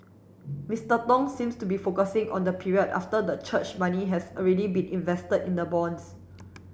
Mister Tong seems to be focusing on the period after the church money has already been invested in the bonds